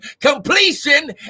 completion